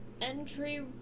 entry